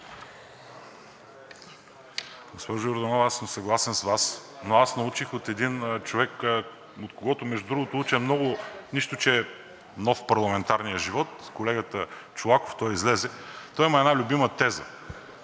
Госпожо Йорданова, аз съм съгласен с Вас, но научих от един човек, от когото, между другото, уча много, нищо че е нов в парламентарния живот – колегата Чолаков, той излезе, той има една любима теза: